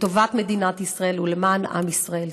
לטובת מדינת ישראל ולמען עם ישראל.